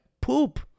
poop